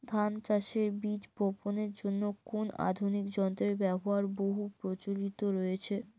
ধান চাষের বীজ বাপনের জন্য কোন আধুনিক যন্ত্রের ব্যাবহার বহু প্রচলিত হয়েছে?